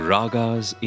Ragas